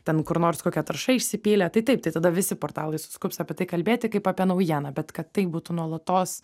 ten kur nors kokia tarša išsipylė tai taip tai tada visi portalai suskubs apie tai kalbėti kaip apie naujieną bet kad taip būtų nuolatos